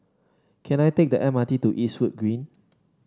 can I take the M R T to Eastwood Green